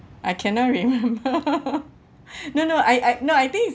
I cannot remember no no I I no I think is